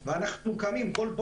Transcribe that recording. שנייה.